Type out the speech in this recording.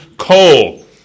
Coal